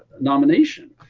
nomination